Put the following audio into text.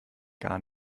gar